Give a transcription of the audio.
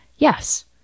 Yes